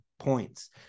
Points